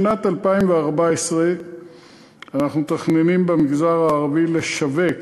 לשנת 2014 אנחנו מתכננים במגזר הערבי לשווק,